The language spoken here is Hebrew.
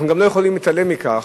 אנחנו גם לא יכולים להתעלם מכך,